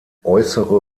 äußere